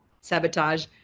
sabotage